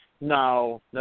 no